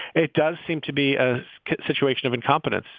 it does seem to be a situation of incompetence.